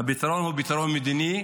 הפתרון הוא פתרון מדיני,